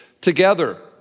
together